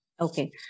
Okay